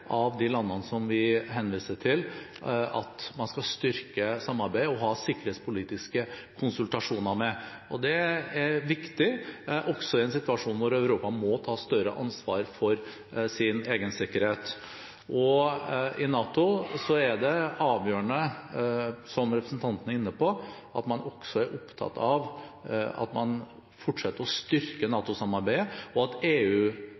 blant de landene som vi henviser til at man skal styrke samarbeidet og ha sikkerhetspolitiske konsultasjoner med. Det er viktig, også i en situasjon hvor Europa må ta større ansvar for sin egen sikkerhet. I NATO er det avgjørende – som representanten er inne på – at man er opptatt av at man fortsetter å styrke NATO-samarbeidet, og at